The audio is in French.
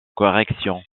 correction